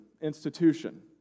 institution